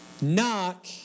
Knock